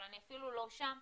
אבל אני אפילו לא שם,